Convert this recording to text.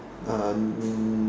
uh